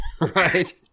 Right